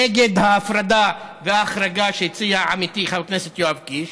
נגד ההפרדה וההחרגה שהציע עמיתי חבר הכנסת יואב קיש.